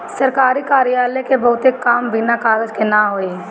सरकारी कार्यालय क बहुते काम बिना कागज के ना होई